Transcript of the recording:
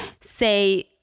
say